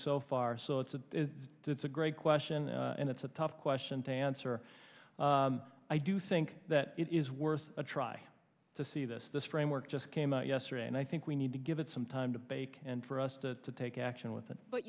so far so it's a it's a great question and it's a tough question to answer i do think that it is worth a try to see this this framework just came out yesterday and i think we need to give it some time to bake and for us to take action with it but